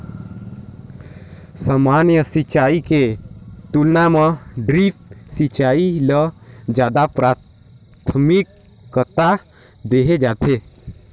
सामान्य सिंचाई के तुलना म ड्रिप सिंचाई ल ज्यादा प्राथमिकता देहे जाथे